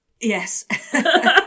Yes